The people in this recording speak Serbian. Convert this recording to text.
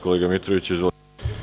Kolega Mitroviću, izvolite.